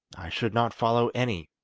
i should not follow any.